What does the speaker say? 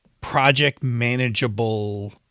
project-manageable